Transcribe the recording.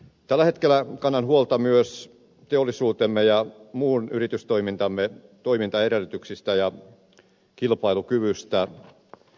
tällä hetkellä kannan huolta myös teollisuutemme ja muun yritystoimintamme toimintaedellytyksistä ja kilpailukyvystä